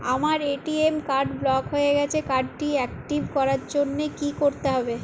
আমার ATM card block হয়ে গেছে কার্ড টি একটিভ করার জন্যে কি করতে হবে?